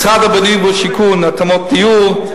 משרד הבינוי והשיכון, התאמות דיור,